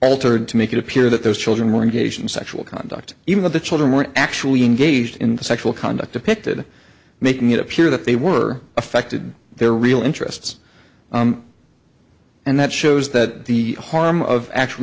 altered to make it appear that those children were engaged in sexual conduct even of the children were actually engaged in the sexual conduct depicted making it appear that they were affected their real interests and that shows that the harm of actual